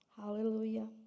Hallelujah